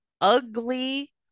ugly